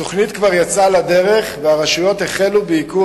התוכנית כבר יצאה לדרך והרשויות החלו בעיקור